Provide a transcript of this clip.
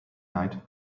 night